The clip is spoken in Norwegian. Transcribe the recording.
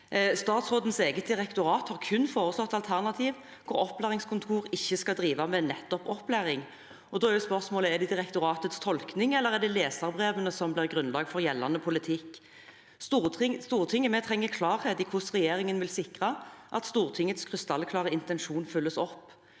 Statsrådens eget direktorat har kun foreslått alternativ hvor opplæringskontor ikke skal drive med nettopp opplæring, og da er spørsmålet: Er det direktoratets tolkning som blir grunnlag for gjeldende politikk, eller er det leserbrevet? Stortinget trenger klarhet i hvordan regjeringen vil sikre at Stortingets krystallklare intensjon følges opp.